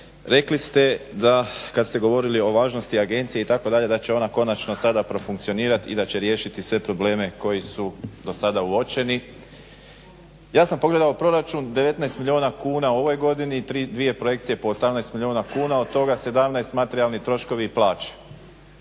rekli ste da kad ste govorili o važnosti agencije itd., da će ona konačno sada profunkcionirati i da će riješiti sve probleme koji su dosada uočeni. Ja sam pogledao proračun 19 milijuna kuna u ovoj godini i dvije projekcije po 18 milijuna kuna, od toga 17 materijalni troškovi i plaće.